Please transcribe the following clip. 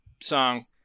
song